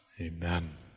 Amen